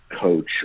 coach